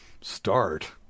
Start